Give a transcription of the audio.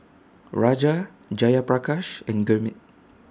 Raja Jayaprakash and Gurmeet